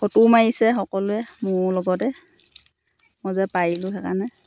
ফটোও মাৰিছে সকলোৱে মোৰ লগতে মই যে পাৰিলোঁ সেইকাৰণে